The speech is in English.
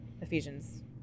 Ephesians